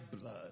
blood